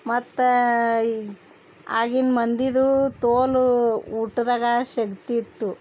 ಮತ್ತು ಈ ಆಗಿನ ಮಂದಿದು ತೋಲು ಊಟದಾಗ ಶಕ್ತಿ ಇತ್ತು